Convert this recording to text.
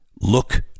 look